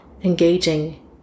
engaging